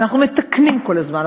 אנחנו מתקנים כל הזמן,